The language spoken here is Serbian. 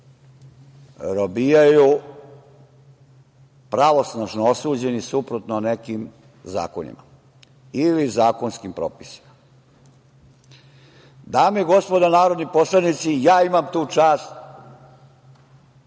robijaju pravosnažno osuđeni suprotno nekim zakonima ili zakonskim propisima. Dame i gospodo narodni poslanici, ja imam tu čast